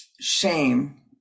shame